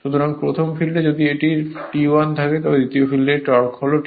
সুতরাং প্রথম ফিল্ডে যদি এটি T1 থাকে দ্বিতীয় ফিল্ডে টর্ক হল T2